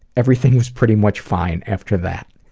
everything was pretty much fine after that.